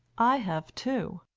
i have too.